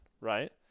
right